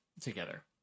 together